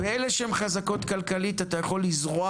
באלה שהן חזקות כלכלית אתה יכול לזרוע